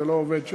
זה לא עובד שם.